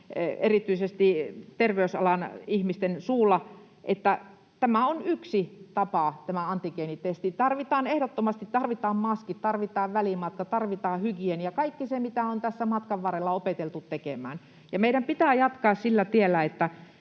erityisesti terveysalan ihmisten, suulla, että tämä antigeenitesti on yksi tapa. Tarvitaan ehdottomasti muitakin: tarvitaan maski, tarvitaan välimatka, tarvitaan hygienia, kaikki se, mitä on tässä matkan varrella opeteltu tekemään. Ja meidän pitää jatkaa sillä tiellä,